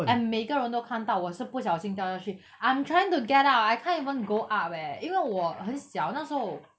and 每个人都看到我是不小心掉下去 I'm trying to get out I can't even go up eh 因为我很小那时候